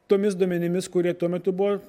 tomis duomenimis kurie tuo metu buvo